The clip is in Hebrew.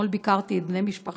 שאתמול ביקרתי את בני משפחתו: